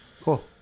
Cool